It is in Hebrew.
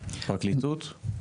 פרקליטות.